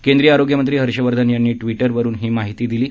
केंद्रीय आरोग्यमंत्री हर्षवर्धन यांनी ट्विटरवरून ही माहिती दिली आहे